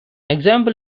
example